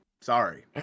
sorry